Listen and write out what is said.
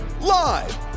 live